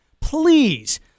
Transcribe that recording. please